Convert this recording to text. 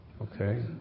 okay